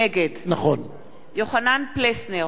לא להוסיף.